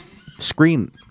scream